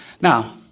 Now